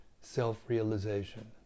self-realization